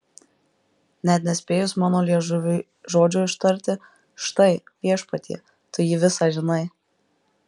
net nespėjus mano liežuviui žodžio ištarti štai viešpatie tu jį visą žinai